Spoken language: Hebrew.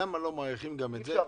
אי אפשר.